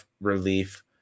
relief